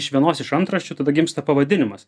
iš vienos iš antraščių tada gimsta pavadinimas